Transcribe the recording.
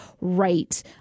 right